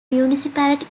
municipality